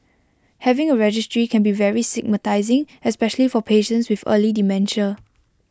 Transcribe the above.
having A registry can be very stigmatising especially for patients with early dementia